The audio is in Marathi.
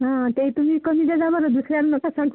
हं तेही तुम्ही कमी देजा बरं दुसऱ्या नका सांग